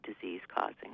disease-causing